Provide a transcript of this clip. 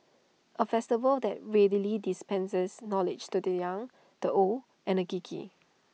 A festival that readily dispenses knowledge to the young the old and the geeky